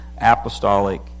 apostolic